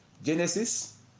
Genesis